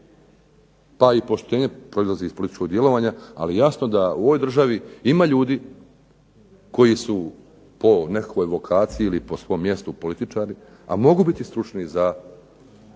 pa i poštenje proizlazi iz političkog djelovanja. Ali jasno da u ovoj državi ima ljudi koji su po nekakvoj lokaciji ili po svom mjestu političari, a mogu biti stručni za